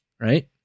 right